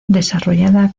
desarrollada